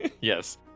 Yes